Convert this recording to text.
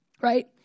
right